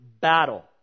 battle